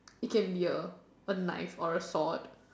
it can be a a knife or a sword